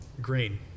Green